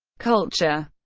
culture